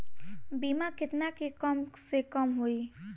बीमा केतना के कम से कम होई?